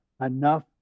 enough